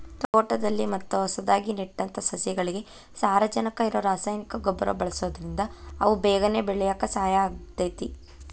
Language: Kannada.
ತೋಟದಲ್ಲಿ ಮತ್ತ ಹೊಸದಾಗಿ ನೆಟ್ಟಂತ ಸಸಿಗಳಿಗೆ ಸಾರಜನಕ ಇರೋ ರಾಸಾಯನಿಕ ಗೊಬ್ಬರ ಬಳ್ಸೋದ್ರಿಂದ ಅವು ಬೇಗನೆ ಬೆಳ್ಯಾಕ ಸಹಾಯ ಆಗ್ತೇತಿ